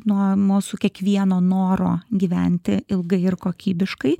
nuo mūsų kiekvieno noro gyventi ilgai ir kokybiškai